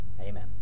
Amen